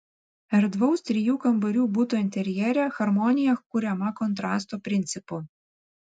erdvaus trijų kambarių buto interjere harmonija kuriama kontrasto principu